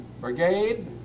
brigade